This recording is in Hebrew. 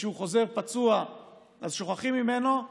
וכשהוא חוזר פצוע שוכחים ממנו,